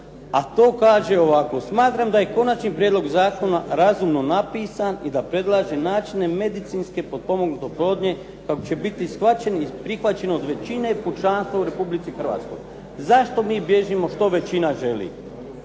a to kaže ovako. Smatram da je konačni prijedlog zakona razumno napisan i da predlaže načine medicinske potpomognute oplodnje pa će biti shvaćen i prihvaćen od većine pučanstva u Republici Hrvatskoj. Zašto mi bilježimo što većina želi,